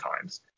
times